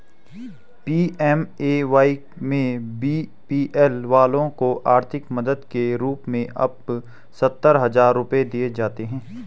PMAY में BPL वालों को आर्थिक मदद के रूप में अब सत्तर हजार रुपये दिए जाते हैं